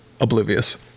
oblivious